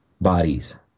Bodies